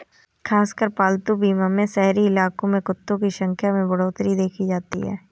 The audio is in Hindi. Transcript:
खासकर पालतू बीमा में शहरी इलाकों में कुत्तों की संख्या में बढ़ोत्तरी देखी जाती है